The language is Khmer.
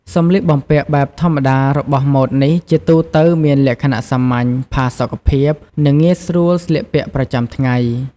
សម្លៀកបំពាក់បែបធម្មតារបស់ម៉ូដនេះជាទូទៅមានលក្ខណៈសាមញ្ញ ផាសុកភាព និងងាយស្រួលស្លៀកពាក់ប្រចាំថ្ងៃ។